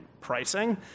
pricing